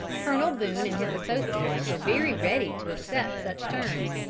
colonel boone and his associates were very ready to accept such terms.